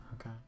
Okay